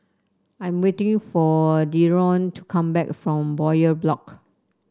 I am waiting for Dereon to come back from Bowyer Block